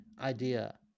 idea